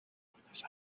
buenos